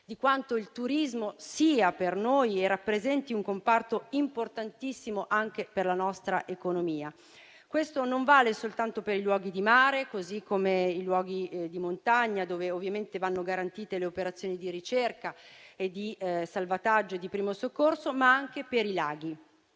di quanto il turismo rappresenti un comparto importantissimo per noi e per la nostra economia. Questo non vale soltanto per i luoghi di mare e di montagna, dove ovviamente vanno garantite le operazioni di ricerca, di salvataggio e di primo soccorso, ma anche per i laghi.